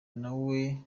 nawe